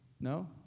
no